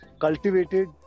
cultivated